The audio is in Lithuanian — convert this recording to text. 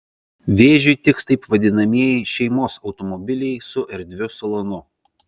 vėžiui tiks taip vadinamieji šeimos automobiliai su erdviu salonu